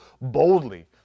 boldly